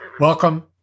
Welcome